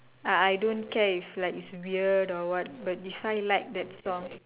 ah I don't care if like it's weird or what but if I like that song